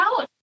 out